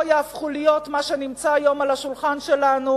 לא יהפוך להיות מה שנמצא היום על השולחן שלנו,